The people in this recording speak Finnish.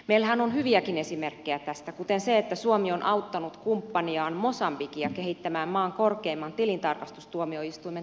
meillähän on hyviäkin esimerkkejä tästä kuten se että suomi on auttanut kumppaniaan mosambikia kehittämään maan korkeimman tilintarkastustuomioistuimen toimintaa